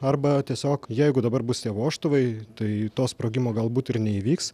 arba tiesiog jeigu dabar bus tie vožtuvai tai to sprogimo galbūt ir neįvyks